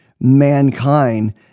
mankind